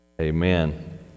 amen